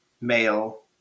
male